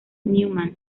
newman